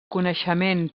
coneixement